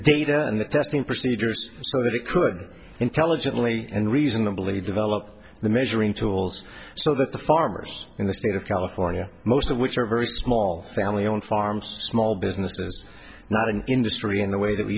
data and the testing procedures so that it could intelligently and reasonably develop the measuring tools so that the farmers in the state of california most of which are very small family owned farms small businesses not an industry in the way that we